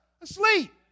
asleep